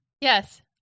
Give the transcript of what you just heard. Yes